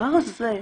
הדבר הזה,